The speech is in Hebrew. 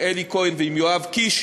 עם אלי כהן ועם יואב קיש,